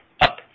up